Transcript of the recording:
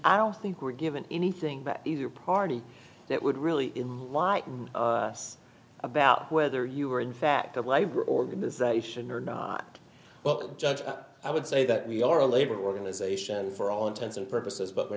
i don't think we're given anything that either party that would really in lie about whether you are in fact of life or organisation or not well judge i would say that we are a labor organization for all intents and purposes but we're